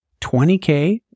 20k